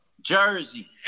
Jersey